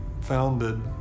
founded